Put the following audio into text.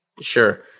Sure